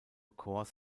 korps